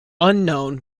unknown